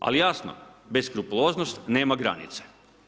Ali jasno, bezskrupuloznost nema granica.